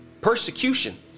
persecution